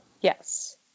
Yes